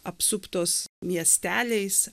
apsuptos miesteliais